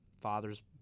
Father's